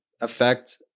affect